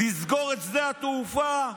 לסגור את שדה התעופה,